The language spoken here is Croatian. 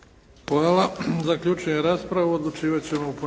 Hvala. Zaključujem raspravu.